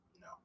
No